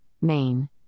main